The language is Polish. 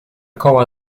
koła